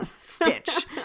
stitch